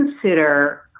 consider